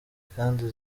kandi